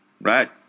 Right